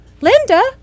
Linda